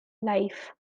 life